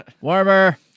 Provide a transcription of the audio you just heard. Warmer